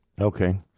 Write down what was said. Okay